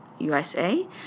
USA